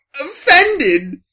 offended